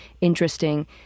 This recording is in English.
interesting